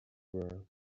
world